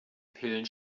pillen